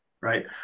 right